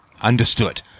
understood